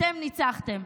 אתם ניצחתם,